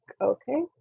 okay